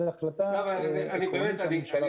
זו החלטה עקרונית שהממשלה צריכה לקבל.